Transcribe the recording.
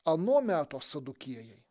ano meto sadukiejai